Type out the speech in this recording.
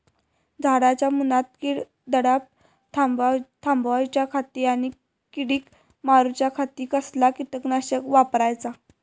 झाडांच्या मूनात कीड पडाप थामाउच्या खाती आणि किडीक मारूच्याखाती कसला किटकनाशक वापराचा?